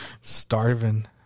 Starving